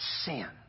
sin